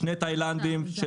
נפל גראד ושני תאילנדים במשק